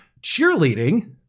cheerleading